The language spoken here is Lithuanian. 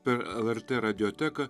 per lrt radioteką